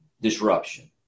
disruption